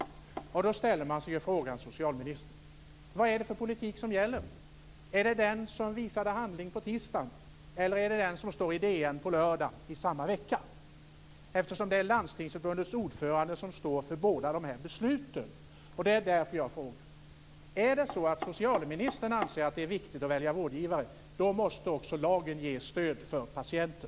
Då ställer man sig frågan, socialministern, om vad det är för politik som gäller. Är det den som visades i handling på tisdagen, eller är det den som det stod om i DN på lördagen i samma vecka? Jag frågar eftersom det är Landstingsförbundets ordförande som står för båda dessa beslut. Det är därför jag frågar. Om socialministern anser att det är viktigt att kunna välja vårdgivare måste också lagen ge stöd för patienter.